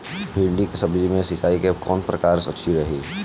भिंडी के सब्जी मे सिचाई के कौन प्रकार अच्छा रही?